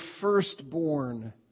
firstborn